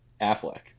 Affleck